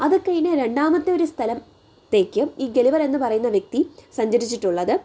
അതൊക്കെ ഇനി രണ്ടാമത്തെ ഒരു സ്ഥലത്തേക്കു ഈ ഗളിവർ എന്ന് പറയുന്ന വ്യക്തി സഞ്ചരിച്ചിട്ടുള്ളത്